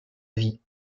vie